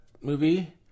movie